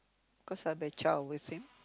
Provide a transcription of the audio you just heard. cause I bear child with him